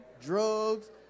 drugs